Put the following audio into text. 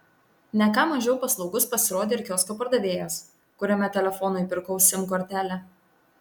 ne ką mažiau paslaugus pasirodė ir kiosko pardavėjas kuriame telefonui pirkau sim kortelę